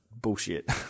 bullshit